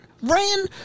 Ran